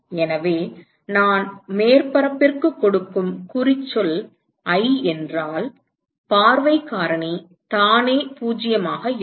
எனவே நான் மேற்பரப்பிற்கு கொடுக்கும் குறிச்சொல் i என்றால் பார்வை காரணி தானே 0 ஆக இருக்கும்